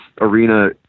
arena